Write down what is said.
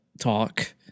talk